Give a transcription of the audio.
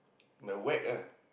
whack ah